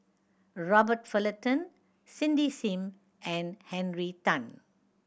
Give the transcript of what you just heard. Robert Fullerton Cindy Sim and Henry Tan